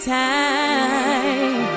time